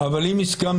אבל אם הסכמנו